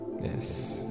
Yes